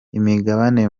imigabane